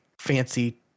fancy